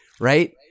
right